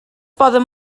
poden